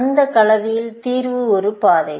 அந்த கலவையில் தீர்வு ஒரு பாதை